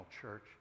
church